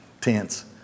tense